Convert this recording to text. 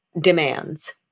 demands